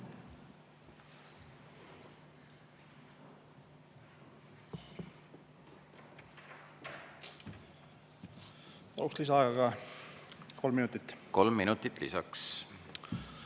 ka lisaaega kolm minutit. Kolm minutit lisaks.